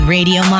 Radio